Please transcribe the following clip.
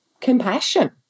compassion